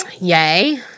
Yay